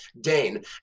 Dane